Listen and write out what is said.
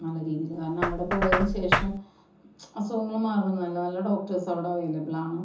നല്ല രീതിയിൽ കാരണം അവിടെ പോയതിന് ശേഷം അസുഖങ്ങൾ മാറുന്നുണ്ട് നല്ല നല്ല ഡോക്ടേർസ് അവിടെ അവൈലബിൾ ആണ്